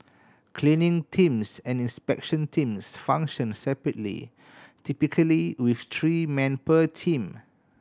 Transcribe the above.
cleaning teams and inspection teams function separately typically with three men per team